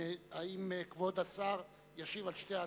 האם כבוד השר ישיב על שתי ההצעות?